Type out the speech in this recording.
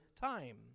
time